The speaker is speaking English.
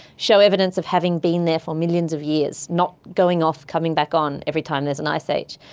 show evidence of having been there for millions of years, not going off, coming back on every time there is an ice age.